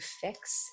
fix